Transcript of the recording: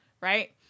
right